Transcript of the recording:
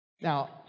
Now